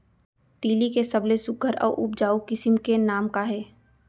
तिलि के सबले सुघ्घर अऊ उपजाऊ किसिम के नाम का हे?